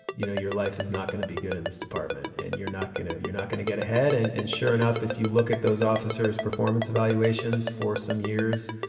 you know your life is not going to be good in this department and you're not going to you're not going to get ahead and and sure enough, if you look at those officers performance evaluations for some years,